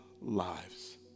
lives